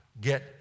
get